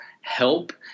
help